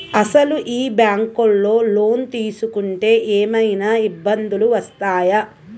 అసలు ఈ బ్యాంక్లో లోన్ తీసుకుంటే ఏమయినా ఇబ్బందులు వస్తాయా?